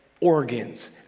organs